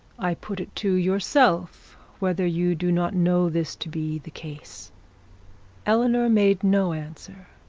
i put it to yourself whether you do not know this to be the case eleanor made no answer,